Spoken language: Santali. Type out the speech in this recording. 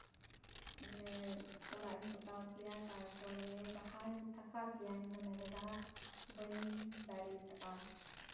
ᱢᱟᱱᱮ ᱚᱲᱟᱜ ᱤᱧ ᱯᱚᱛᱟᱣ ᱠᱮᱭᱟ ᱛᱟᱨᱯᱚᱨᱮ ᱵᱟᱦᱟᱧ ᱟᱸᱠᱟᱣ ᱠᱮᱭᱟ ᱢᱚᱱᱮ ᱞᱮᱫᱟ ᱵᱟᱹᱧ ᱫᱟᱲᱮᱭᱟᱫᱟ